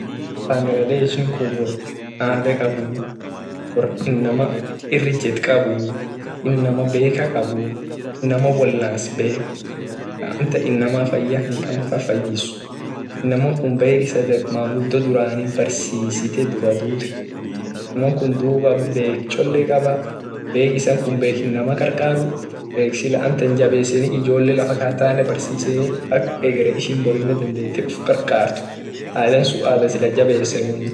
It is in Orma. Wor bangladesh kun wor ada kabuu wor inama ir ijet kabuu inama beka kabuu inama wolans bek ak inama amtan faya kabu fayis inama kun mangudo durani barsisite dura dut inamakun bek cholle kaba bek isan kun bek inama karkaru bek sila amtan jabesen ijole lafa katane barsisen ak egere ishine dufte uf karkart ada sun sil ada jabesen.